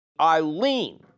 eileen